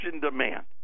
demand